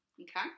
Okay